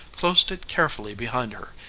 closed it carefully behind her,